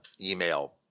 email